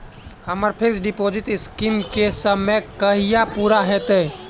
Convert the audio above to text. हम्मर fix deposit scheme केँ समय कहिया पूरा हैत?